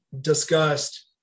discussed